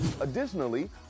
Additionally